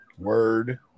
word